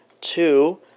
Two